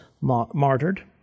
martyred